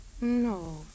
No